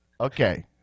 Okay